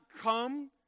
come